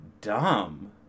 dumb